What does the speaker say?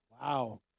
Wow